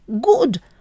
good